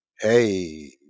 hey